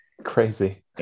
Crazy